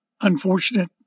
unfortunate